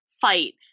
fight